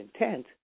intent